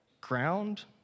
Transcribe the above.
Ground